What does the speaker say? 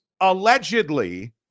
allegedly